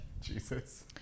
Jesus